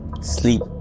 sleep